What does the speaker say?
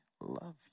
love